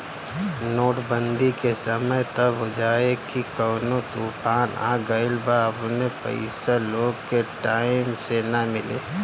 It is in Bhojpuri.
नोट बंदी के समय त बुझाए की कवनो तूफान आ गईल बा अपने पईसा लोग के टाइम से ना मिले